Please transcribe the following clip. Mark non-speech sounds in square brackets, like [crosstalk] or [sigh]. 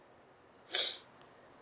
[noise]